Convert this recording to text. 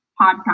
podcast